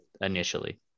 initially